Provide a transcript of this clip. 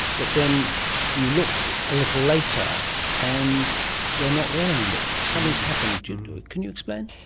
but then you look a little later and they're not there anymore, something's happened. you know can you explain?